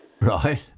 Right